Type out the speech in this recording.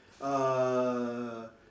uh